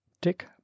Dick